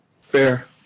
fair